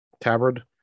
tabard